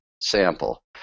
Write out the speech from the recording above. sample